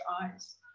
eyes